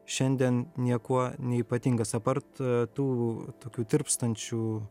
šiandien niekuo neypatingas apart tų tokių tirpstančių